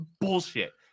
bullshit